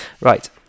Right